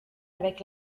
avec